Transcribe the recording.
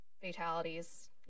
fatalities